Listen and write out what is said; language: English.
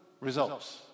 results